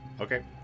okay